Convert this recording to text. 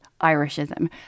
Irishism